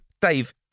Dave